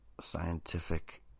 scientific